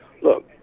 look